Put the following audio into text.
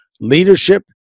leadership